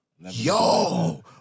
Yo